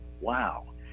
wow